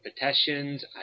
petitions